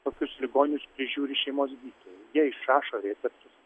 tokius ligonius prižiūri šeimos gydytojai jie išrašo receptus